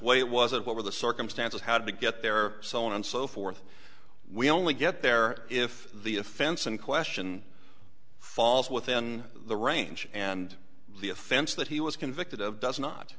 weight was it what were the circumstances how to get there so on and so forth we only get there if the offense in question falls within the range and the offense that he was convicted of does not